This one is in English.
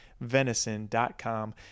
venison.com